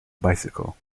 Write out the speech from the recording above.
bicycle